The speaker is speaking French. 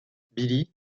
billy